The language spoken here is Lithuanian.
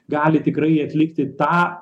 gali tikrai atlikti tą